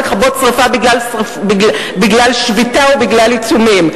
לכבות שרפה בגלל שביתה או בגלל עיצומים.